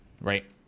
right